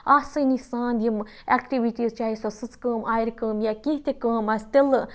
آسٲنی سان یِمہٕ اٮ۪کٹٕوِٹیٖز چاہے سۄ سٕژٕ کٲم آرِ کٲم یا کینٛہہ تہِ کٲم آسہِ تِلہٕ